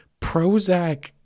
Prozac